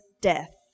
death